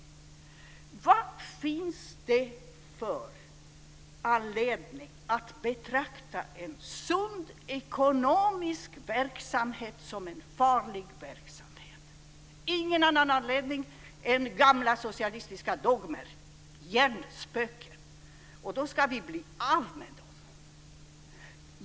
Vad finns det för anledning att betrakta en sund ekonomisk verksamhet som en farlig verksamhet? Det finns ingen annan anledning än att man vill hävda gamla socialistiska dogmer - hjärnspöken. Dem ska vi bli av med.